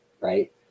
right